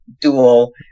dual